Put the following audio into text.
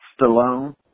Stallone